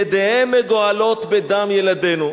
ידיהם מגואלות בדם ילדינו.